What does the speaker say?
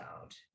out